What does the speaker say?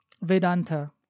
Vedanta